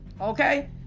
okay